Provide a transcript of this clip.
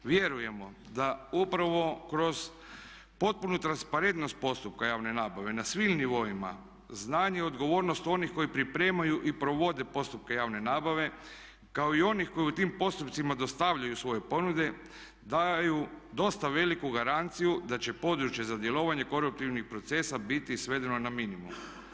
Vjerujemo da upravo kroz potpunu transparentnost postupka javne nabave na svim nivoima znanje i odgovornost onih koji pripremaju i provode postupke javne nabave kao i onih koji u tim postupcima dostavljaju svoje ponude daju dosta veliku garanciju da će područje za djelovanje koruptivnih procesa biti svedeno na minimum.